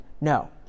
No